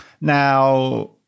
Now